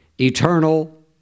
eternal